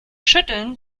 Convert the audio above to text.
schütteln